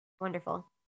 Wonderful